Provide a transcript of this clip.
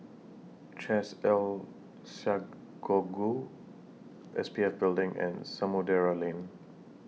Chesed El S P F Building and Samudera Lane